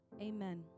Amen